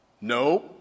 No